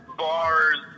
bars